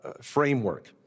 framework